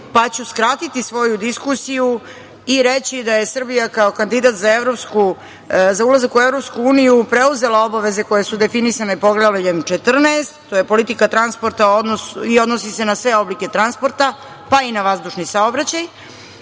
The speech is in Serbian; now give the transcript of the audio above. pa ću skratiti svoju diskusiju i reći da je Srbija kao kandidat za ulazak u EU preuzela obaveze koje su definisane Poglavljem 14, to je politika transporta i odnosi se na sve oblike transporta, pa i na vazdušni saobraćaj.